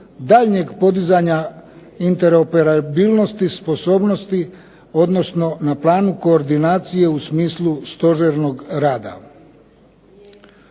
daljnjeg podizanja interoperabilnosti, sposobnosti, odnosno na planu koordinacije u smislu stožernog rada.